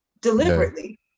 deliberately